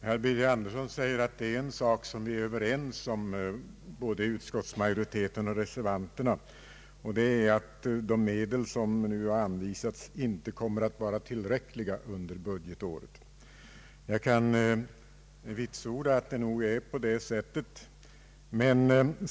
Herr talman! Herr Birger Andersson säger att utskottsmajoriteten och reservanterna är överens om att de medel som har anvisats inte kommer att vara tillräckliga under budgetåret. Jag kan vitsorda att det förhåller sig så.